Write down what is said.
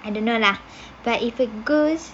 I don't know lah but if it goes